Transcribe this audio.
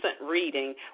reading